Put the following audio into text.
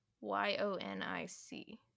Y-O-N-I-C